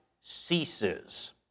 ceases